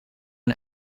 een